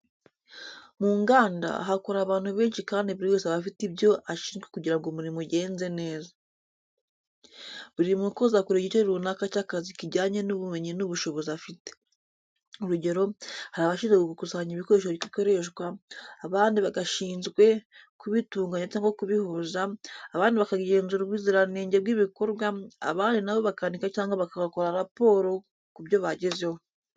Mu nganda, hakora abantu benshi kandi buri wese aba afite ibyo ashinzwe kugira ngo umurimo ugenze neza. Buri mukozi akora igice runaka cy’akazi kijyanye n’ubumenyi n’ubushobozi afite. Urugero, hari abashinzwe gukusanya ibikoresho bikoreshwa, abandi bagashinzwe kubitunganya cyangwa kubihuza, abandi bakagenzura ubuziranenge bw’ibikorwa, abandi na bo bakandika cyangwa bakora raporo ku byo bagezeho.